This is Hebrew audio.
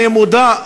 אני מודע,